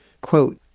Quote